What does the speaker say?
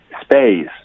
space